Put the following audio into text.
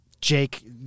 Jake